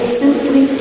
simply